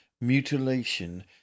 mutilation